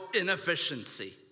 inefficiency